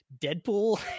Deadpool